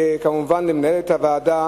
כמובן, למנהלת הוועדה,